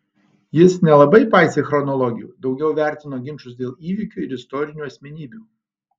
jis nelabai paisė chronologijų daugiau vertino ginčus dėl įvykių ir istorinių asmenybių